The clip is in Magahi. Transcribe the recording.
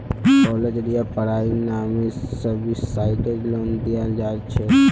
कालेजेर या पढ़ाईर नामे सब्सिडाइज्ड लोन दियाल जा छेक